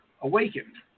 awakened